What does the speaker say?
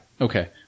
Okay